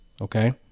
Okay